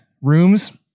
rooms